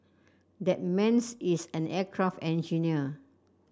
that man is an aircraft engineer